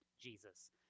Jesus